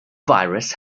virus